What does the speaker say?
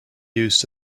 used